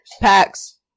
Packs